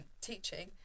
teaching